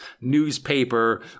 newspaper